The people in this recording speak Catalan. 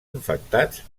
infectats